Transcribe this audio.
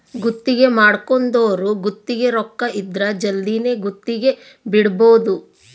ಗುತ್ತಿಗೆ ಮಾಡ್ಕೊಂದೊರು ಗುತ್ತಿಗೆ ರೊಕ್ಕ ಇದ್ರ ಜಲ್ದಿನೆ ಗುತ್ತಿಗೆ ಬಿಡಬೋದು